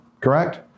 correct